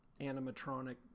animatronic